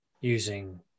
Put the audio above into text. using